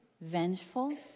vengeful